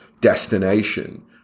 destination